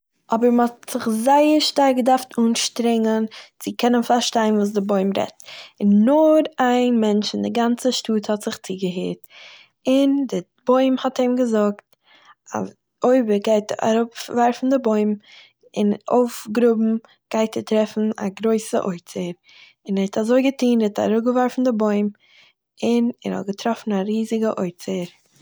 אבער מ'האט זיך זייער שטארק געדארפט אנשטרענגען צו קענען פארשטיין וואס די בוים רעדט, און נאר איין מענטש אין די גאנצע שטאט האט זיך צוגעהערט און, דער בוים האט אים געזאגט, אז אויב ער גייט אראפווארפן די בוים און אויפגראבן, גייט ער טרעפן א גרויסע אוצר. און ער האט אזוי געטוהן; ער האט אראפגעווארפן די בוים און, ער האט געטראפן א ריזיגע אוצר